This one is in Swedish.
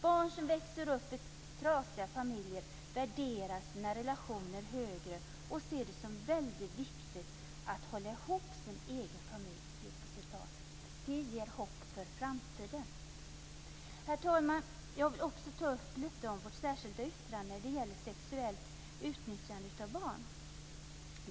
Barn som växer upp i trasiga familjer värderar sina relationer högre och ser det som väldigt viktigt att hålla ihop sin egen familj. Det här ger hopp för framtiden. Herr talman! Jag vill också ta upp lite om vårt särskilda yttrande när det gäller sexuellt utnyttjande av barn.